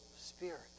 spirit